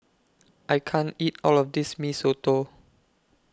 I can't eat All of This Mee Soto